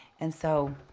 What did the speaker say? and so,